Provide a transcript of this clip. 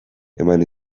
eman